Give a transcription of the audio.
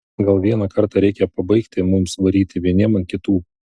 gal vieną kartą reikia pabaigti mums varyti vieniem ant kitų